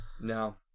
No